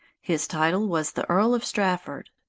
his title was the earl of strafford.